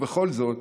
ובכל זאת,